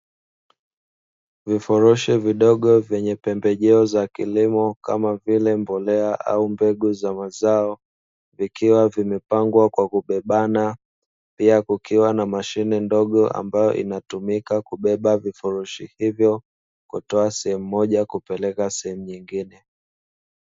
Vifurushi vidogo vyenye pembejeo za kilimo kama vile mbolea au mbegu za mazao, vikiwa vimepangwa kwa kubebana pia kukiwa na mashine ndogo ambayo inatumika kubeba vifurushi hivyo kutoa sehemu moja kupeleka sehemu nyingine.